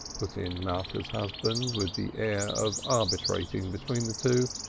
put in malka's husband, with the air of arbitrating between the two,